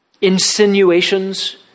insinuations